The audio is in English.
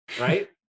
right